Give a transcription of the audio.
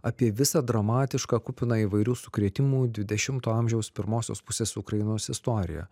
apie visą dramatišką kupiną įvairių sukrėtimų dvidešimto amžiaus pirmosios pusės ukrainos istoriją